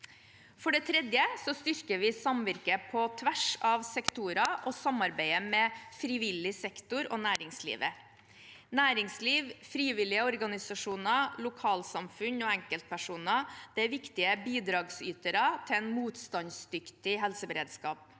For det tredje styrker vi samvirket på tvers av sektorer og samarbeidet med frivillig sektor og næringslivet. Næringsliv, frivillige organisasjoner, lokalsamfunn og enkeltpersoner er viktige bidragsytere til en motstandsdyktig helseberedskap.